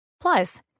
Plus